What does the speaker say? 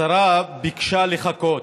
השרה ביקשה לחכות,